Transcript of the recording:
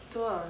tu ah